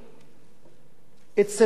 אצל עשרות-אלפי עובדים.